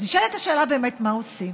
אז נשאלת השאלה באמת מה עושים.